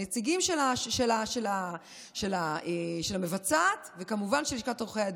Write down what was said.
נציגים של המבצעת וכמובן של לשכת עורכי הדין,